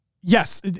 Yes